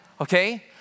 okay